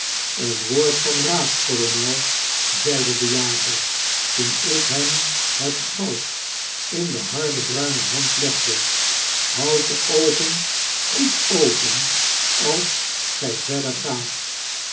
een woord van raad kolonel zeide dejager toen ik hem het goud in de harde bruine hand legde houd de oogen goed open als door indianen overvallen gy verder gaat